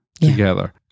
together